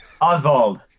Oswald